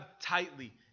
tightly